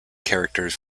characters